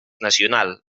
nacional